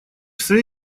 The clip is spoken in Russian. своей